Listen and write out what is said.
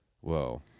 Whoa